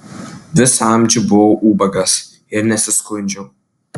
visą amžių buvau ubagas ir nesiskundžiau